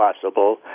possible